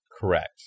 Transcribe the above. Correct